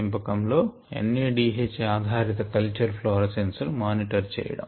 పెంపకం లో N A D H ఆధారిత కల్చర్ ఫ్లోరసెన్స్ ను మానిటర్ చేయడం